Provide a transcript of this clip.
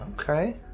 Okay